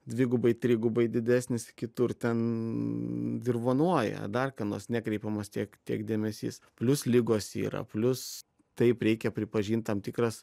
dvigubai trigubai didesnis kitur ten dirvonuoja dar ką nors nekreipiamas tiek tiek dėmesys plius ligos yra plius taip reikia pripažint tam tikras